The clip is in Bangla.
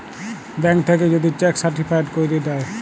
ব্যাংক থ্যাইকে যদি চ্যাক সার্টিফায়েড ক্যইরে দ্যায়